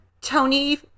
Tony